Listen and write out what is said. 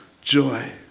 joy